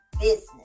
business